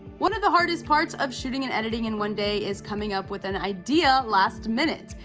one of the hardest parts of shooting and editing in one day is coming up with an idea last minute.